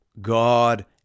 God